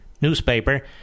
newspaper